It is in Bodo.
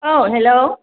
औ हेलौ